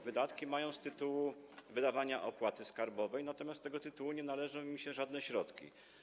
Mają wydatki z tytułu wydawania opłaty skarbowej, natomiast z tego tytułu nie należą im się żadne środki.